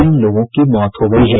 तीन लोगों की मौत हो गई है